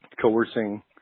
coercing